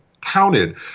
counted